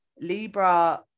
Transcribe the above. libra